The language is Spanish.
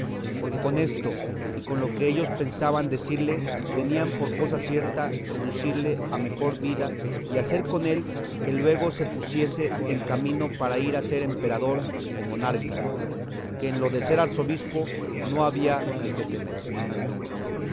porque con esto y con lo que ellos pensaban decirle tenían por cosa cierta reducirle a mejor vida y hacer con él que luego se pusiese en camino para ir a ser emperador o monarca que en lo de ser arzobispo no había de qué temer